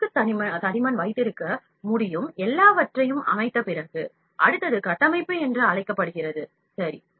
அடுக்கு தடிமன் வைத்திருக்க முடியும் எல்லாவற்றையும் அமைத்த பிறகு அடுத்தது கட்டமைப்பு என்று அழைக்கப்படுகிறது சரி